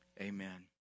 Amen